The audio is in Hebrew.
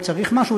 אם צריך משהו,